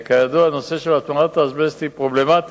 כידוע, הנושא של הטמנת האזבסט הוא פרובלמטי,